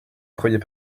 croyais